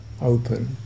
open